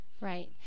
Right